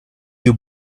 you